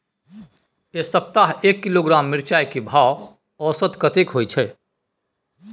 ऐ सप्ताह एक किलोग्राम मिर्चाय के भाव औसत कतेक होय छै?